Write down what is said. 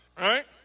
Right